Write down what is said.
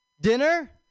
Dinner